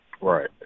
Right